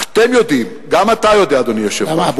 אתם יודעים, גם אתה יודע, אדוני היושב-ראש, למה?